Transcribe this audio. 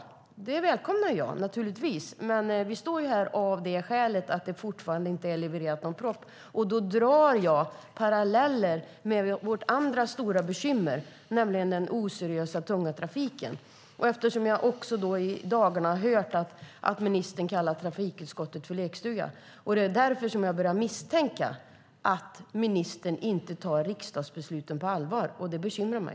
Det välkomnar jag naturligtvis. Men vi står här av det skälet att det fortfarande inte levererats någon proposition. Då drar jag paralleller med vårt andra stora bekymmer, nämligen den oseriösa tunga trafiken. Eftersom jag också i dagarna hört att ministern kallat trafikutskottet en lekstuga börjar jag misstänka att ministern inte tar riksdagsbesluten på allvar. Detta bekymrar mig.